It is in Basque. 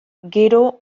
gero